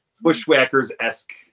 Bushwhackers-esque